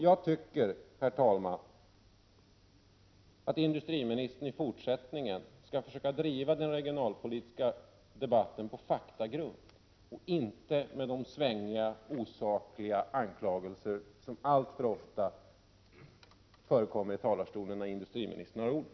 Jag tycker, herr talman, att industriministern i fortsättningen skall försöka driva den regionalpolitiska debatten på faktagrund och inte med de svängiga och osakliga anklagelser som alltför ofta förekommer i talarstolen när industriministern har ordet.